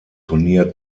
turnier